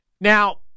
Now